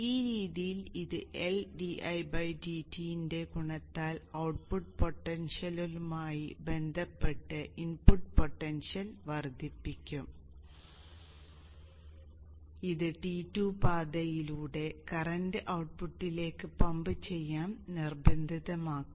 ഈ രീതിയിൽ ഇത് L ന്റെ ഗുണത്താൽ ഔട്ട്പുട്ട് പൊട്ടൻഷ്യലുമായി ബന്ധപ്പെട്ട് ഇൻപുട്ട് പൊട്ടൻഷ്യൽ വർദ്ധിപ്പിക്കും ഇത് T2 പാതയിലൂടെ കറന്റ് ഔട്ട്പുട്ടിലേക്ക് പമ്പ് ചെയ്യാൻ നിർബന്ധിതമാക്കും